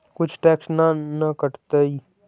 कुछ टैक्स ना न कटतइ?